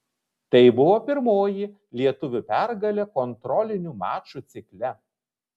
tai buvo pirmoji lietuvių pergalė kontrolinių mačų cikle